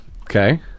Okay